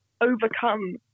overcome